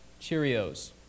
Cheerios